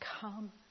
come